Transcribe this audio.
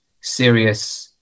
serious